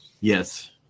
Yes